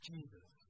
Jesus